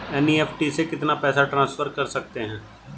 NEFT से कितना पैसा ट्रांसफर कर सकते हैं?